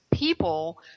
People